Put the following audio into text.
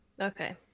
Okay